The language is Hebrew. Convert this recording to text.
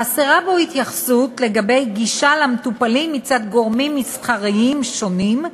חסרה בו התייחסות לגבי הגישה למטופלים מצד גורמים מסחריים שונים,